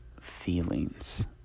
Feelings